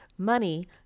Money